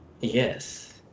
Yes